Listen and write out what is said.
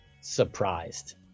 surprised